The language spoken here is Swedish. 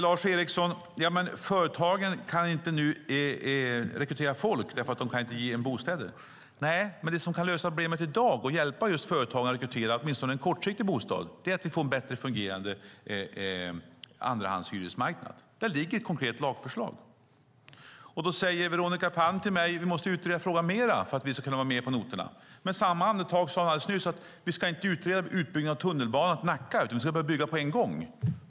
Lars Eriksson säger: Företagen kan inte rekrytera folk, eftersom de inte kan ge dem bostäder. Nej, men det som kan lösa problemet i dag - och hjälpa företagen att ordna åtminstone en kortsiktig bostad - är att vi får en bättre fungerande andrahandshyresmarknad. Det finns ett konkret lagförslag om det. Då säger Veronica Palm till mig: Vi måste utreda frågan mer, för att vi ska kunna vara med på noterna. Men i samma andetag sades det alldeles nyss att vi inte ska utreda utbyggnad av tunnelbanan till Nacka utan börja bygga den på en gång.